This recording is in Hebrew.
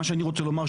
מה שאני רוצה לומר,